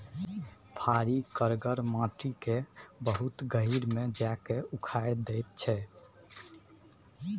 फारी करगर माटि केँ बहुत गहींर मे जा कए उखारि दैत छै